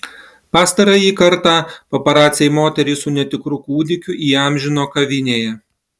pastarąjį kartą paparaciai moterį su netikru kūdikiu įamžino kavinėje